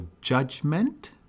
judgment